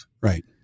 Right